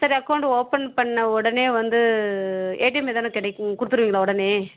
சரி account open பண்ண உடனே வந்து ஏடிஎம் எதுனால் கிடைக்கும் கொடுத்துருவீங்களா உடனே